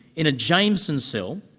in a jameson cell,